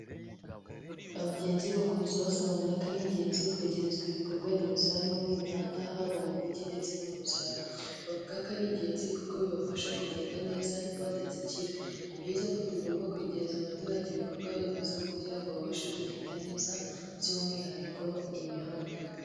Abagenzi bo bakomeza basobanura ko ari ingenzi kwegerezwa ibikorwa remezo barimo nk'imihanda haba mu mijyi ndetse no mu byaro, bavuga ko ari ingenzi kuko bibafasha kugenda neza ntibadatsikira; ni byiza ko tugomba kwegereza abaturage ibikorwaremezo kugira ngo babashe kugenda neza by'umwihariko imihanda.